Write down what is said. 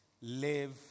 live